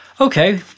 Okay